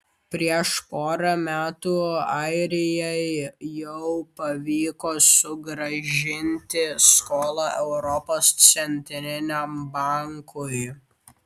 prieš porą metų airijai jau pavyko sugrąžinti skolą europos centriniam bankui